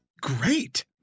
great